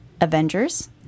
Avengers